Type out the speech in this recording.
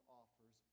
offers